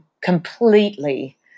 completely